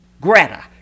Greta